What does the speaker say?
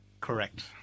Correct